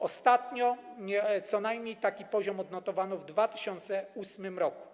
Ostatnio co najmniej taki poziom odnotowano w 2008 r.